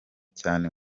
cyane